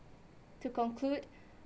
to conclude